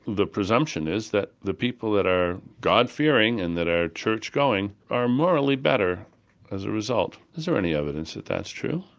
the presumption is that the people that are god-fearing and that are church-going are morally better as a result. is there any evidence that that's true?